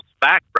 back